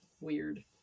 weird